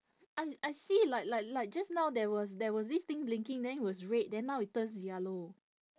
I I see like like like just now there was there was this thing blinking then was red then now it turns yellow